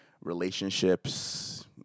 relationships